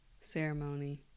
ceremony